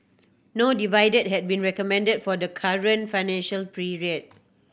no dividend had been recommended for the current financial period